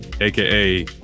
aka